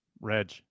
Reg